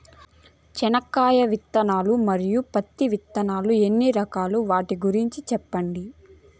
చెనక్కాయ విత్తనాలు, మరియు పత్తి విత్తనాలు ఎన్ని రకాలు వాటి గురించి సెప్పండి?